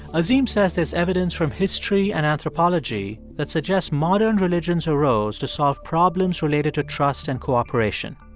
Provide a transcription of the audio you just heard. azim says there's evidence from history and anthropology that suggests modern religions arose to solve problems related to trust and cooperation.